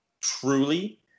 truly